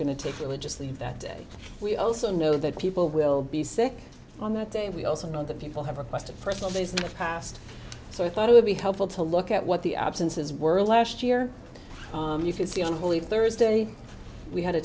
to take religious leave that day we also know that people will sick on that day we also know that people have requested personal business past so i thought it would be helpful to look at what the absences were last year you could see on holy thursday we had a